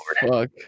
fuck